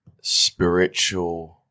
spiritual